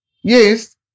Yes